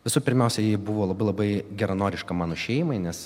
visų pirmiausia ji buvo labai labai geranoriška mano šeimai nes